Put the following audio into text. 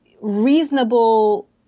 reasonable